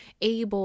able